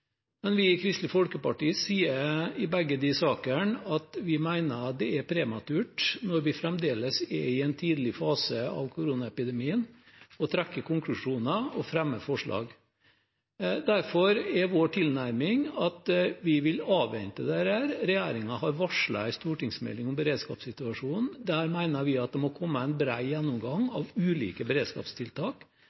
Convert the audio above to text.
Men vi i Kristelig Folkeparti sier i begge sakene at vi mener det er prematurt – når vi fremdeles er i en tidlig fase av koronaepidemien – å trekke konklusjoner og fremme forslag. Derfor er vår tilnærming at vi vil avvente dette. Regjeringen har varslet en stortingsmelding om beredskapssituasjonen. Der mener vi at det må komme en bred gjennomgang av ulike beredskapstiltak,